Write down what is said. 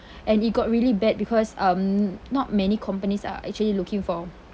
and it got really bad because um not many companies are actually looking for